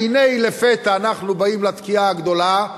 והנה לפתע אנחנו באים לתקיעה הגדולה,